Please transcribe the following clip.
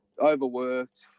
overworked